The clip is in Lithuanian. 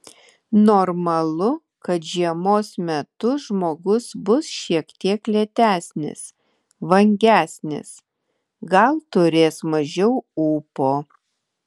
normalu kad žiemos metu žmogus bus šiek tiek lėtesnis vangesnis gal turės mažiau ūpo